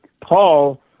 Paul